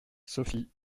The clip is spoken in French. sophie